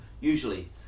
usually